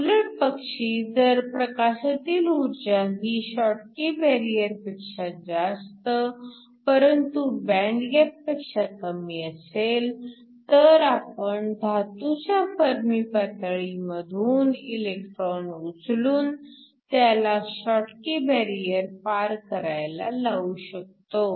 उलटपक्षी जर प्रकाशातील ऊर्जा ही शॉटकी बॅरिअरपेक्षा जास्त परंतु बँड गॅपपेक्षा कमी असेल तर आपण धातूच्या फर्मी पातळी मधून इलेक्ट्रॉन उचलून त्याला शॉटकी बॅरिअर पार करायला लावू शकतो